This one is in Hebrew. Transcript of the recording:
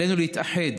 עלינו להתאחד,